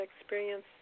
experience